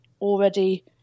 already